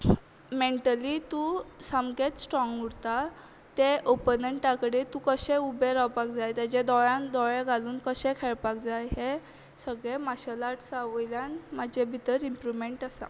mentally तूं सामकेंच strong उरता तें ओपनंटा कडेन तूं कशें उबें रावपाक जाय ताचे दोळ्यान दोळे घालून कशें खेळपाक जाय हें सगळें मार्शेल आर्टसा वयल्यान म्हाजे भितर इंमप्रुमेंट आसा